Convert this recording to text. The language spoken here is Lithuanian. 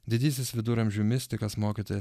didysis viduramžių mistikas mokytojas kartą